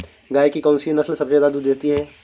गाय की कौनसी नस्ल सबसे ज्यादा दूध देती है?